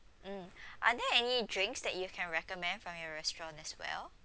mm are there any drinks that you can recommend from your restaurant as well